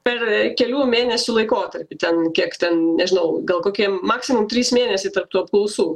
per kelių mėnesių laikotarpį ten kiek ten nežinau gal kokie maksimum trys mėnesiai tarp tų apklausų